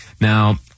Now